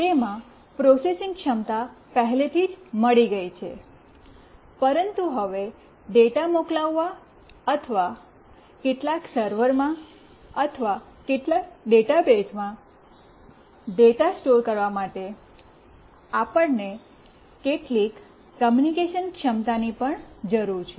તેમાં પ્રોસેસિંગ ક્ષમતા પહેલેથી જ મળી ગઈ છે પરંતુ હવે ડેટા મોકલવા અથવા કેટલાક સર્વરમાં અથવા કેટલાક ડેટાબેઝમાં ડેટા સ્ટોર કરવા માટે આપણને કેટલીક કૉમ્યૂનિકેશન ક્ષમતાની પણ જરૂર છે